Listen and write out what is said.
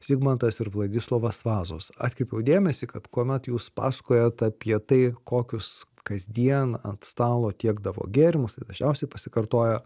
zigmantas ir vladislovas vazos atkreipiau dėmesį kad kuomet jūs pasakojat apie tai kokius kasdien ant stalo tiekdavo gėrimus tai dažniausiai pasikartoja